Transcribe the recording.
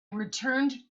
returned